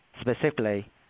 specifically